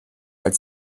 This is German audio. als